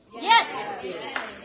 Yes